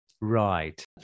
Right